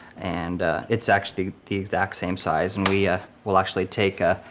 and it's actually the exact same size, and we ah will actually take a,